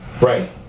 Right